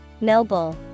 Noble